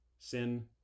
Sin